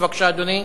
קריאה ראשונה.